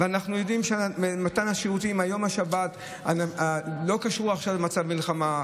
ואנחנו יודעים שמתן השירותים ביום השבת לא קשור עכשיו למצב מלחמה,